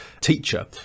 teacher